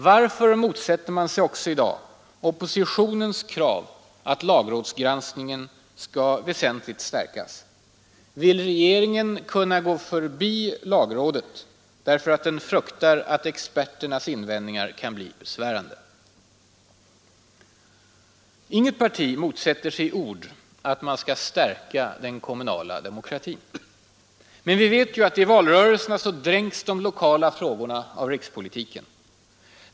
Varför motsätter man sig också i dag oppositionens krav att lagrådsgranskningen skall väsentligt stärkas? Vill regeringen kunna gå förbi lagrådet därför att den fruktar att experternas invändningar kan bli besvärande? Inget parti motsätter sig i ord att man stärker den kommunala demokratin. Men vi vet att i valrörelsen dränks de lokala frågorna av rikspolitiken.